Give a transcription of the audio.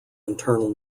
internal